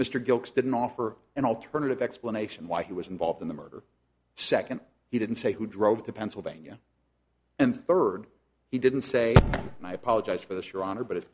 gilkes didn't offer an alternative explanation why he was involved in the murder second he didn't say who drove the pennsylvania and third he didn't say and i apologize for this your honor but it